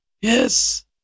yes